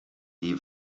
die